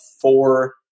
four